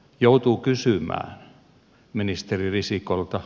joutuu kysymään ministeri risikolta